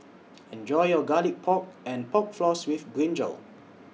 Enjoy your Garlic Pork and Pork Floss with Brinjal